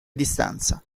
distanza